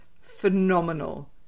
phenomenal